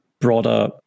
broader